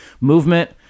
movement